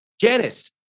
Janice